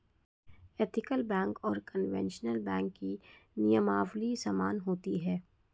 ethical bank और conventional bank की नियमावली समान होती है